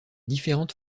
différentes